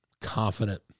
confident